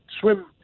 swim